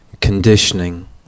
conditioning